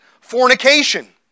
fornication